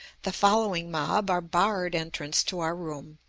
the following mob are barred entrance to our room.